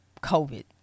COVID